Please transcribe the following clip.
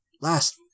Last